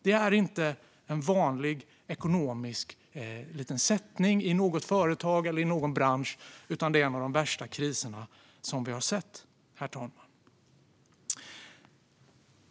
Det är inte en vanlig ekonomisk liten sättning i ett företag eller en bransch, utan det är en av de värsta kriser vi har sett, herr talman.